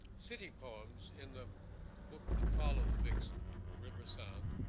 city poems in the book that followed the vixen, the river sound,